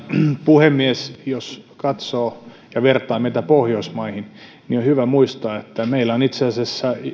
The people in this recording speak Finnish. puhemies jos katsoo ja vertaa meitä pohjoismaihin niin on hyvä muistaa että meillä on itse asiassa